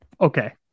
Okay